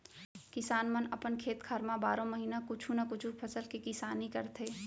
किसान मन अपन खेत खार म बारो महिना कुछु न कुछु फसल के किसानी करथे